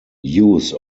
use